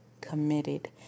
committed